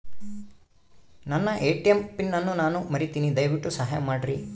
ನನ್ನ ATM PIN ಅನ್ನು ನಾನು ಮರಿತಿನ್ರಿ, ದಯವಿಟ್ಟು ಸಹಾಯ ಮಾಡ್ರಿ